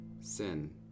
sin